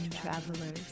travelers